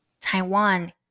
Taiwan